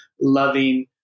loving